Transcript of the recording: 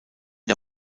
der